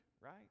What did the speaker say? right